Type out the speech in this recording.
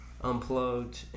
unplugged